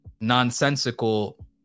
nonsensical